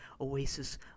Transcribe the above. Oasis